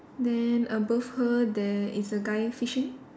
then above her there is a guy fishing